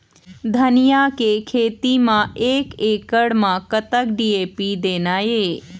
धनिया के खेती म एक एकड़ म कतक डी.ए.पी देना ये?